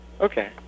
Okay